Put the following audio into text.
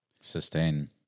Sustain